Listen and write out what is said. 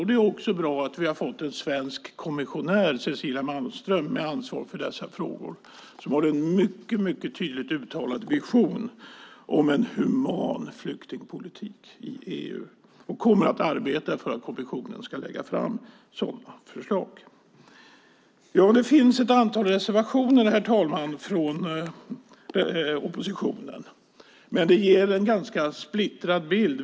Det är också bra att vi har fått en svensk kommissionär, Cecilia Malmström, med ansvar för dessa frågor. Hon har en mycket tydligt uttalad vision om en human flyktingpolitik i EU. Hon kommer att arbeta för att kommissionen ska lägga fram sådana förslag. Herr talman! Det finns ett antal reservationer från oppositionen. De ger en ganska splittrad bild.